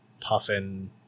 puffin